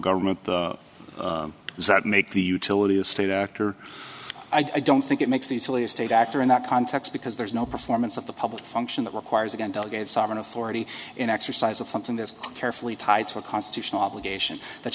government does that make the utility a state actor i don't think it makes these really a state actor in that context because there's no performance of the public function that requires again delegated sovereign authority an exercise of something that is carefully tied to a constitutional